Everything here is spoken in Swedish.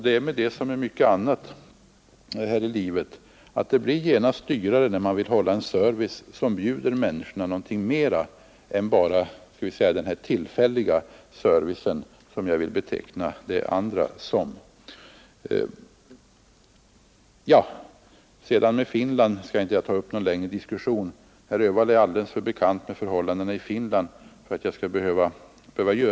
Det är med detta som med mycket annat i livet att det blir genast dyrare när man vill bjuda människorna en service som är någonting mera än den tillfälliga service som jag vill kalla det andra systemet. Jag skall inte ta upp någon längre diskussion om inrikesflyget i Finland; herr Öhvall känner alldeles för väl till förhållandena i Finland för att jag skall behöva göra det.